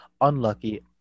unlucky